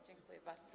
Dziękuję bardzo.